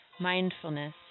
Mindfulness